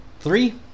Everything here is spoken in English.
three